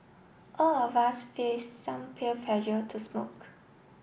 all of us face some peer pressure to smoke